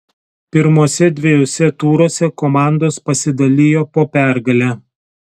pirmuose dviejuose turuose komandos pasidalijo po pergalę